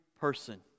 person